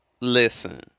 Listen